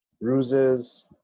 bruises